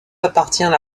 appartient